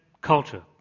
culture